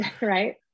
right